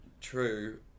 true